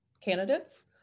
candidates